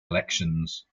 elections